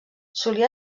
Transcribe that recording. solia